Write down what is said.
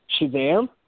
Shazam